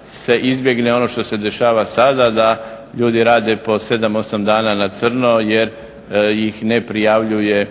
da se izbjegne ono što se dešava sada da ljudi rade po sedam, osam dana na crno jer ih ne prijavljuje